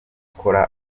kora